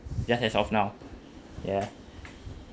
just as of now ya